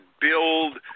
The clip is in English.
build